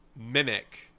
mimic